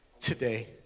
today